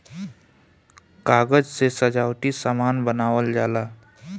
कागज से सजावटी सामान बनावल जाला